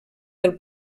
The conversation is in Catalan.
del